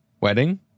wedding